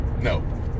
No